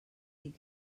dir